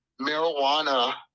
marijuana